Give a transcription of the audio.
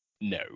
No